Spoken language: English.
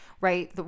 right